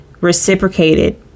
reciprocated